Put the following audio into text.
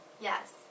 Yes